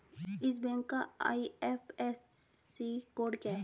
इस बैंक का IFSC code क्या है?